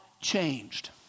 changed